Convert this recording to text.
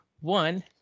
one